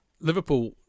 Liverpool